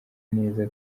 neza